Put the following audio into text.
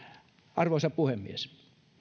arvoisa puhemies